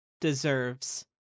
deserves